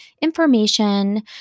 information